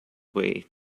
way